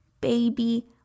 baby